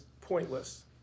pointless